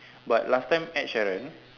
but last time Ed Sheeran